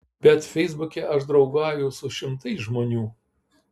bet feisbuke aš draugauju su šimtais žmonių